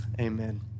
Amen